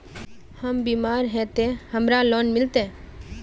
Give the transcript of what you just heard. हम बीमार है ते हमरा लोन मिलते?